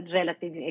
relative